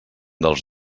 dels